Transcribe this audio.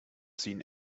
seen